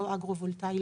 לא אגרו וולטאיים,